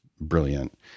brilliant